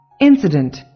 Incident